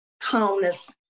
calmness